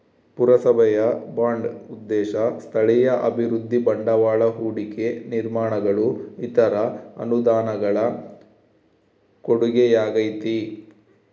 ಪುರಸಭೆಯ ಬಾಂಡ್ ಉದ್ದೇಶ ಸ್ಥಳೀಯ ಅಭಿವೃದ್ಧಿ ಬಂಡವಾಳ ಹೂಡಿಕೆ ನಿರ್ಮಾಣಗಳು ಇತರ ಅನುದಾನಗಳ ಕೊಡುಗೆಯಾಗೈತೆ